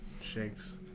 shakes